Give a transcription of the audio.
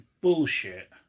bullshit